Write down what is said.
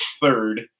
third